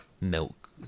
milk